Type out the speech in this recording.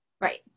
Right